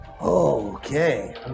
Okay